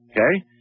Okay